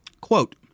Quote